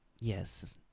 Yes